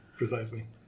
Precisely